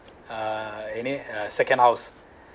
uh it need uh second house